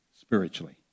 spiritually